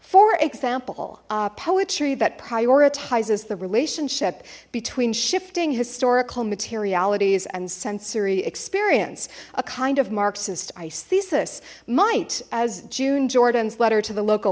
for example poetry that prioritizes the relationship between shifting historical materiality z and sensory experience a kind of marxist ice thesis might as june jordan's letter to the local